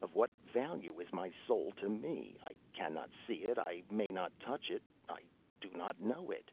of what value is my soul to me? i cannot see it. i may not touch it. i do not know it